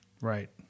Right